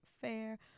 fair